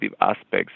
aspects